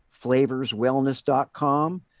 flavorswellness.com